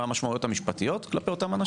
מה המשמעויות המשפטיות כלפי אותם אנשים?